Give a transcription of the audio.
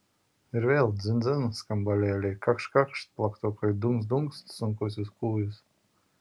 ir vėl dzin dzin skambalėliai kakšt kakšt plaktukai dunkst dunkst sunkusis kūjis